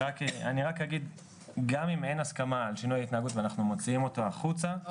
גם אם אין הסכמה על שינוי ההתנהגות ואנחנו מוציאים אותו החוצה,